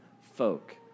folk